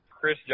Chris